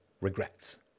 regrets